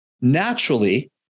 naturally